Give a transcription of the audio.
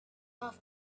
off